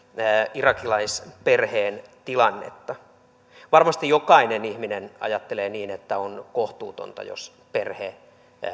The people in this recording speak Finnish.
irakilaisperheen tilannetta varmasti jokainen ihminen ajattelee niin että on kohtuutonta jos perhe